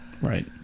Right